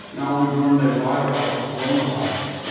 now we've learned they'd lie about the coronavirus.